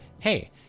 hey